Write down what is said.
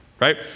Right